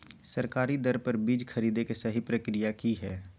सरकारी दर पर बीज खरीदें के सही प्रक्रिया की हय?